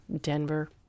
Denver